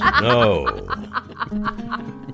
No